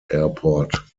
airport